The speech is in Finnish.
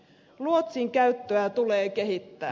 luotsin käyttöä tulee kehittää